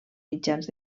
mitjans